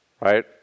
Right